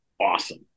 awesome